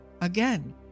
again